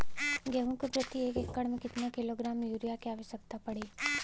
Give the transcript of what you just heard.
गेहूँ के प्रति एक एकड़ में कितना किलोग्राम युरिया क आवश्यकता पड़ी?